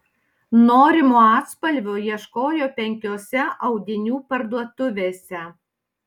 norimo atspalvio ieškojo penkiose audinių parduotuvėse